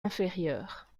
inférieure